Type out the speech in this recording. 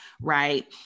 Right